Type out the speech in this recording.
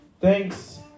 thanks